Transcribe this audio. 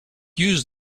use